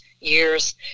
years